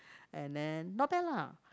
and then not bad lah